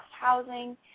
housing